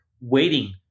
waiting